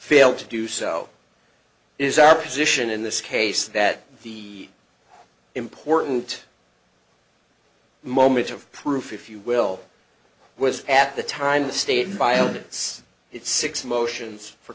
failed to do so is our position in this case that the important moments of proof if you will was at the time the state violence it six motions for